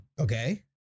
Okay